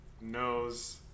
knows